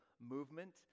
movement